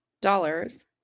dollars